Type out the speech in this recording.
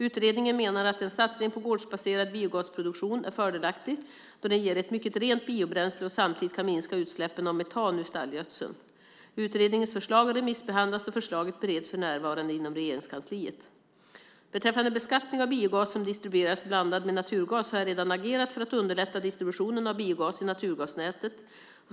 Utredningen menar att en satsning på gårdsbaserad biogasproduktion är fördelaktig då det ger ett mycket rent biobränsle och samtidigt kan minska utsläppen av metan ur stallgödseln. Utredningens förslag har remissbehandlats och förslaget bereds för närvarande inom Regeringskansliet. Beträffande beskattning av biogas som distribueras blandad med naturgas har jag redan agerat för att underlätta distributionen av biogas i naturgasnätet.